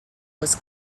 was